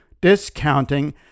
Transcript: discounting